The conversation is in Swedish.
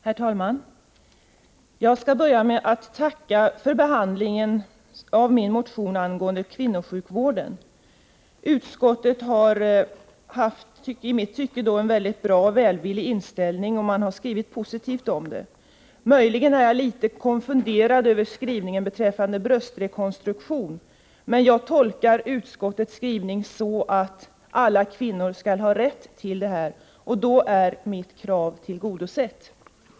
Herr talman! Jag skall börja med att tacka för behandlingen av min motion angående kvinnosjukdomar. Utskottet har haft en välvillig och i mitt tycke bra inställning och har skrivit positivt om den. Möjligen är jag litet konfunderad över skrivningen beträffande bröstrekonstruktion, men jag tolkar utskottets skrivning så, att alla kvinnor skall ha rätt till detta, och då är mitt krav tillgodosett.